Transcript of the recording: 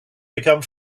become